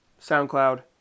SoundCloud